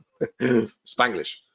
Spanglish